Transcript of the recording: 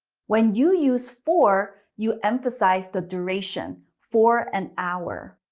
when you use for, you emphasize the duration. for an hour.